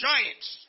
Giants